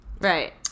Right